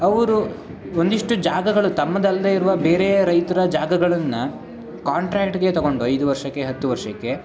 ಅವರು ಒಂದಷ್ಟು ಜಾಗಗಳು ತಮ್ಮದಲ್ಲದೇ ಇರುವ ಬೇರೆ ರೈತರ ಜಾಗಗಳನ್ನು ಕಾಂಟ್ರ್ಯಾಕ್ಟ್ಗೆ ತೊಗೊಂಡು ಐದು ವರ್ಷಕ್ಕೆ ಹತ್ತು ವರ್ಷಕ್ಕೆ